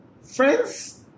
Friends